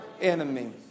enemy